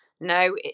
no